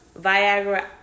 Viagra